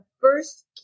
first